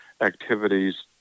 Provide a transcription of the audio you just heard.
activities